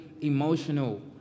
emotional